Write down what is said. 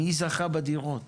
מי זכה בדירות